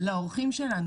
ולהודות לאורחים שלנו,